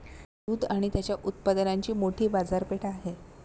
दूध आणि त्याच्या उत्पादनांची मोठी बाजारपेठ आहे